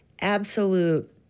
absolute